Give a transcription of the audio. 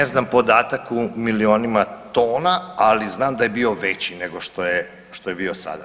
Ne znam podatak u milijunima tona, ali znam da je bio veći nego što je bio sada.